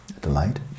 delight